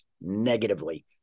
negatively